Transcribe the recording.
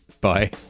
Bye